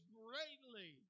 greatly